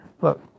Look